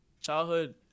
childhood